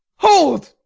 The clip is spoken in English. hold,